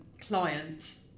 clients